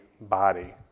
body